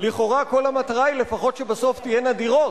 לכאורה כל המטרה היא לפחות שבסוף תהיינה דירות,